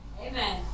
Amen